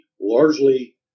largely